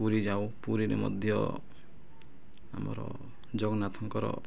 ପୁରୀ ଯାଉ ପୁରୀରେ ମଧ୍ୟ ଆମର ଜଗନ୍ନାଥଙ୍କର